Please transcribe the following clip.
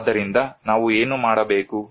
ಆದ್ದರಿಂದ ನಾವು ಏನು ಮಾಡಬೇಕು